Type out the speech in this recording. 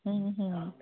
হুম হুম